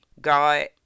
God